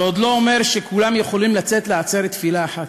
זה עוד לא אומר שכולם יכולים לצאת לעצרת תפילה אחת,